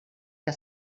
que